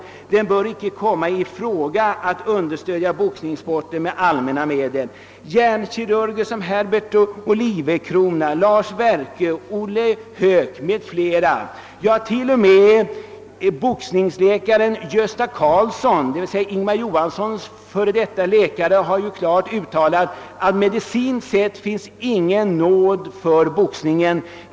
Det bör icke komma i fråga att understödja boxningssporten med allmänna medel.» ger bl.a.: »Det är på tiden att säga: aldrig så många miljoner räcker inte till för att ersätta förlorad hjärnvävnad.» Professorerna Lars Werkö och Olle Höök säger: »Förbjud all boxning i Sverige.» Till och med boxningsläkaren Gösta Karlsson, Ingemar Johanssons medicinske rådgivare, har klart uttalat: »Medicinskt sett finns det ingen nåd för boxningen.